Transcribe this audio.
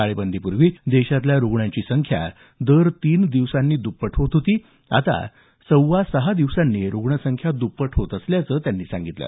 टाळेबंदीपूर्वी देशातल्या रुग्णांची संख्या दर तीन दिवसांनी द्रप्पट होत होती आता सव्वा सहा दिवसांनी रुग्ण संख्या दुप्पट होत असल्याचं त्यांनी सांगितलं